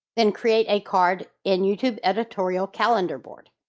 then create a card in youtube editorial calendar board.